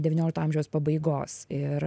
devyniolikto amžiaus pabaigos ir